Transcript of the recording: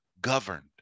governed